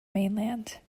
mainland